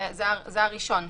זה הראשון.